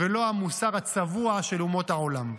ולא המוסר הצבוע של אומות העולם.